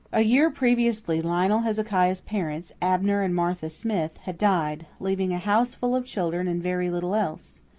a year previously lionel hezekiah's parents, abner and martha smith had died, leaving a houseful of children and very little else.